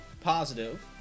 positive